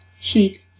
Chic